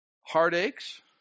heartaches